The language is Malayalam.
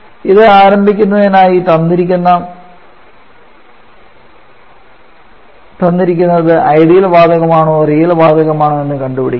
ഇത് ആരംഭിക്കുന്നതിനായി തന്നിരിക്കുന്നത് ഐഡിയൽ വാതകമാണോ റിയൽ വാതകമാണോ എന്ന് കണ്ടുപിടിക്കാം